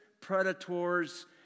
predators